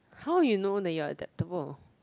how you know that you are adaptable